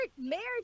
Marriage